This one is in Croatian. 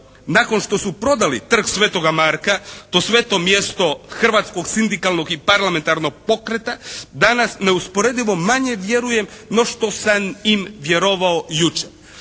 nakon što su prodali Trg Svetoga Marka, to sveto mjesto hrvatskog sindikalnog i parlamentarnog pokreta danas neusporedivo manje vjerujem no što sam im vjerovao jučer.